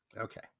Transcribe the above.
Okay